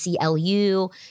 CLU